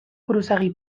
buruzagi